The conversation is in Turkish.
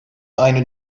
aynı